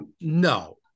No